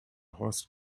horst